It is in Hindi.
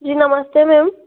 जी नमस्ते मैम